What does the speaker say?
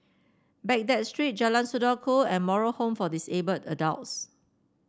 Baghdad Street Jalan Saudara Ku and Moral Home for Disabled Adults